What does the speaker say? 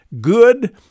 Good